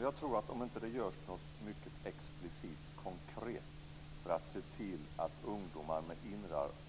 Jag tror att vi kan se avsevärda klyftor och problem framför oss om det inte görs något mycket explicit konkret för att se till att ungdomar med